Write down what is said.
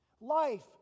Life